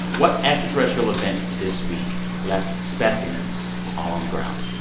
what extraterrestrial event this week left specimens all on the ground?